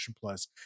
plus